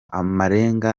amarenga